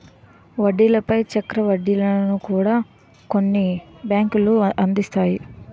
వడ్డీల పై చక్ర వడ్డీలను కూడా కొన్ని బ్యాంకులు అందిస్తాయి